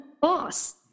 Boss